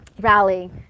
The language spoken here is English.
Rally